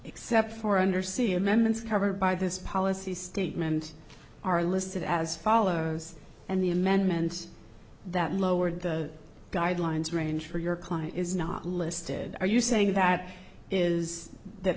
except for undersea amendments covered by this policy statement are listed as follows and the amendments that lowered the guidelines range for your client is not listed are you saying that is that